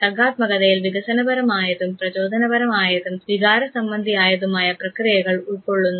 സർഗ്ഗാത്മകതയിൽ വികസനപരമായതും പ്രചോദനപരമായതും വികാര സംബന്ധിയായതുമായ പ്രക്രിയകൾ ഉൾക്കൊള്ളുന്നു